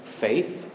faith